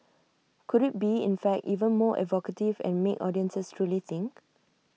could IT be in fact even more evocative and make audiences truly think